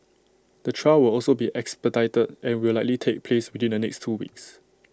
the trial will also be expedited and will likely take place within the next two weeks